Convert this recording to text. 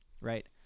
right